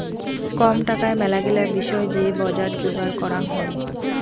কম টাকায় মেলাগিলা বিষয় যে বজার যোগার করাং হই